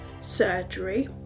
surgery